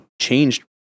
changed